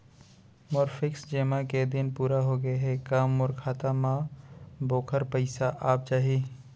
मोर fix जेमा के दिन पूरा होगे हे का मोर खाता म वोखर पइसा आप जाही?